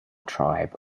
tribe